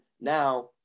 Now